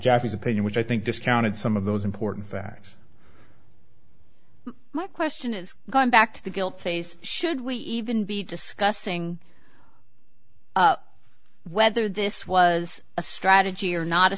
jaffe's opinion which i think discounted some of those important facts my question is going back to the guilt phase should we even be discussing whether this was a strategy or not a